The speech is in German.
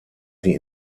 sie